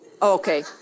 okay